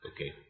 Okay